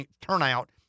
turnout